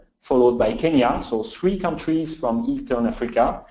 followed by kenya. ah um so three countries from eastern africa.